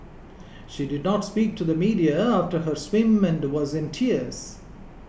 she did not speak to the media after her swim and was in tears